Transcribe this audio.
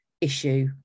issue